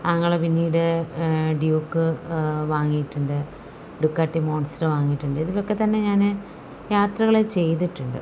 ആങ്ങളെ പിന്നീട് ഡ്യൂക്ക് വാങ്ങിയിട്ടുണ്ട് ഡുക്കാട്ടി മോൺസ്റ്ററ് വാങ്ങിയിട്ടുണ്ട് ഇതിലൊക്കെ തന്നെ ഞാൻ യാത്രകൾ ചെയ്തിട്ടുണ്ട്